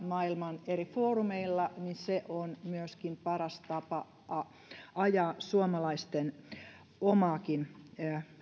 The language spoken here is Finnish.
maailman eri foorumeilla on myös paras tapa ajaa suomalaisten omaakin